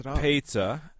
pizza